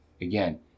again